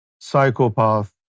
psychopath